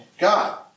God